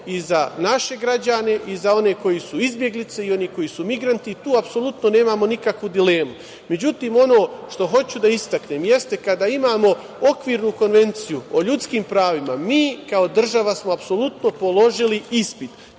i za naše građane i za one koji su izbeglice i za one koji su migranti, tu apsolutno nemamo nikakvu dilemu.Međutim, ono što hoću da istaknem, jeste da kada imamo okvirnu konvenciju o ljudskim pravima, mi kao država smo apsolutno položili ispit.